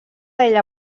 ella